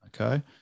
Okay